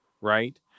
Right